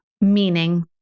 meaning